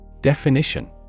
Definition